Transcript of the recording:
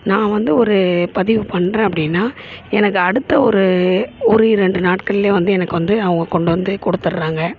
நான் வந்து ஒரு பதிவு பண்ணுறேன் அப்படின்னா எனக்கு அடுத்த ஒரு ஒரு இரண்டு நாட்கள்லேயே வந்து எனக்கு வந்து அவங்க கொண்டு வந்து கொடுத்துர்றாங்க